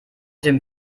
dem